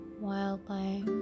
wildlife